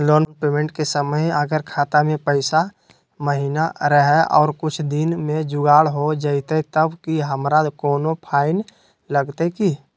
Loan payment के समय अगर खाता में पैसा महिना रहै और कुछ दिन में जुगाड़ हो जयतय तब की हमारा कोनो फाइन लगतय की?